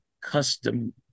custom